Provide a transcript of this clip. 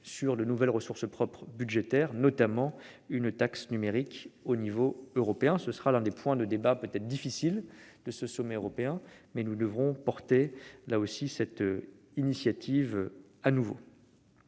sur de nouvelles ressources propres budgétaires, notamment une taxe numérique au niveau européen. Ce sera là sans doute un point de débat difficile de ce sommet européen, mais nous devrons à nouveau porter cette initiative. Le